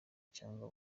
cyangwa